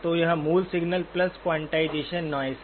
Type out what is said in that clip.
तो यह मूल सिग्नल क्वांटाइजेशन नॉइज़ है